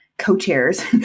co-chairs